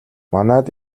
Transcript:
манайд